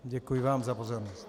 Děkuji vám za pozornost.